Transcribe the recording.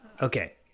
Okay